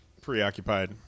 preoccupied